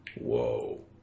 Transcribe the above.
Whoa